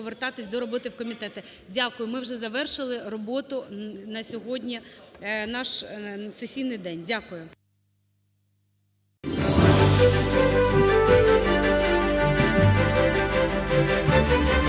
повертатись до роботи у комітети. Дякую. Ми вже завершили роботу на сьогодні, наш сесійний день. Дякую.